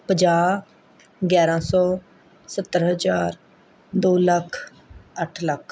ਪੰਜਾਹ ਗਿਆਰ੍ਹਾਂ ਸੌ ਸੱਤਰ ਹਜ਼ਾਰ ਦੋ ਲੱਖ ਅੱਠ ਲੱਖ